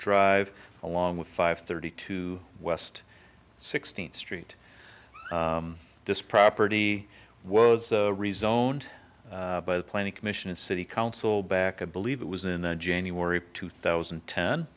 drive along with five thirty two west sixteenth street this property was rezoned by the planning commission and city council back i believe it was in january two thousand